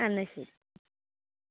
എന്നാ ശരി